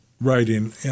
Writing